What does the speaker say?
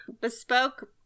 Bespoke